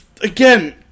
Again